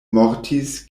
mortis